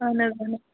اَہَن حظ